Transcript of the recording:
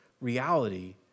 reality